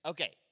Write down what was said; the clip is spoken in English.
Okay